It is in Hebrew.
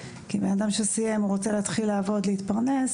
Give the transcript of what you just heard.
כי בן אדם שסיים רוצה להתחיל לעבוד ולהתפרנס.